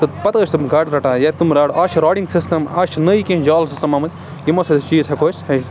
تہٕ پَتہٕ ٲسۍ تِم گاڈٕ رَٹان یا تِم راڈٕ آز چھِ راڈِنٛگ سِسٹَم آز چھِ نٔے کینٛہہ جال سِسٹَم آمٕتۍ یِمو سۭتۍ چیٖز ہٮ۪کو أسۍ